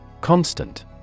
Constant